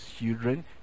children